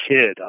kid